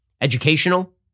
educational